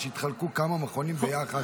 שיתחלקו כמה מכונים ביחד.